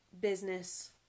business